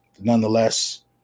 nonetheless